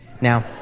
Now